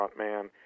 frontman